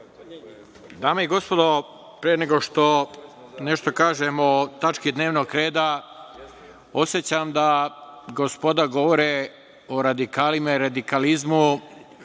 Dame i gospodo, pre nego što nešto kažem o tački dnevno reda osećam da gospoda govore o radikalima i radikalizmu